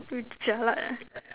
we jialat eh